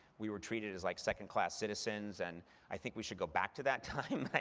we were treated as like second-class citizens. and i think we should go back to that time.